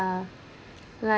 uh like